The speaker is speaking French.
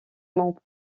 mon